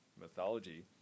mythology